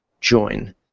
join